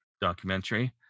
Documentary